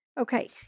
Okay